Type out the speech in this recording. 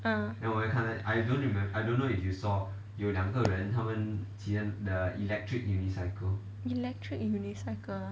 electric unicycle ah